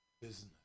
business